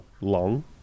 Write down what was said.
long